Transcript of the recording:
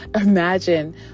imagine